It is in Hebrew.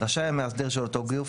רשאי המאסדר של אותו גוף,